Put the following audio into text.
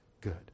good